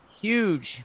huge